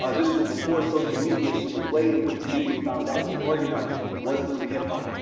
ah this was before social media. so the way in which community found out to organize was through hip hop.